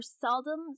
seldom